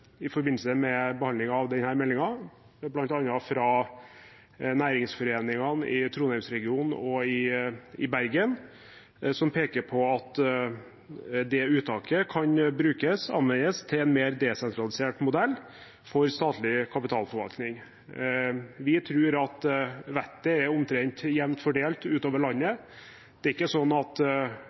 i forbindelse med behandlingen av denne meldingen, bl.a. fra næringsforeningene i Trondheimsregionen og i Bergen, som peker på at uttaket kan anvendes til en mer desentralisert modell for statlig kapitalforvaltning. Vi tror at vettet er omtrent jevnt fordelt utover landet. Det er ikke sånn at